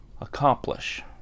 accomplish